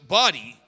body